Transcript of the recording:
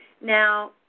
Now